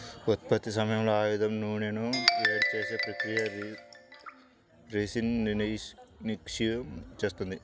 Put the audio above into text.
ఉత్పత్తి సమయంలో ఆముదం నూనెను వేడి చేసే ప్రక్రియ రిసిన్ను నిష్క్రియం చేస్తుంది